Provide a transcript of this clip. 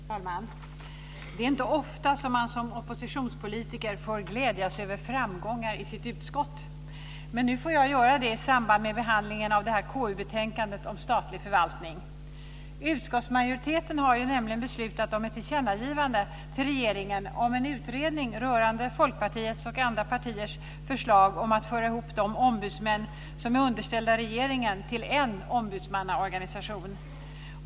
Fru talman! Det är inte ofta som man som oppositionspolitiker får glädjas över framgångar i sitt utskott. Men nu får jag göra det i samband med behandlingen av KU-betänkandet om statlig förvaltning. Utskottsmajoriteten har nämligen beslutat om ett tillkännagivande till regeringen om en utredning rörande Folkpartiets och andra partiers förslag om att föra ihop de ombudsmän som är underställda regeringen till en ombudsmannaorganisation.